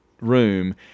room